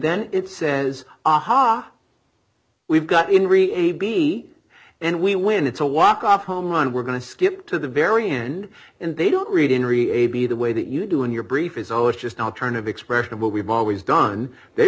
then it says aha we've got in ri a b and we win it's a walk off home run we're going to skip to the very end and they don't read in re a b the way that you do in your brief is always just now turn of expression of what we've always done they